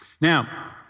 Now